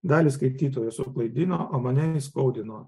dalį skaitytojų suklaidino o mane įskaudino